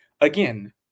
again